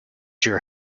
your